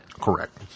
Correct